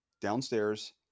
downstairs